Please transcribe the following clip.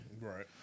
Right